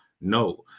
No